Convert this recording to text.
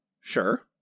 sure